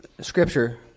scripture